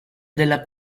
della